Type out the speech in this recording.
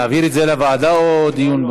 להעביר את זה לוועדה או לדיון?